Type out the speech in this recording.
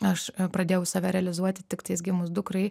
aš pradėjau save realizuoti tiktais gimus dukrai